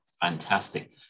fantastic